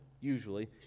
usually